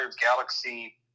galaxy